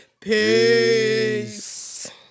Peace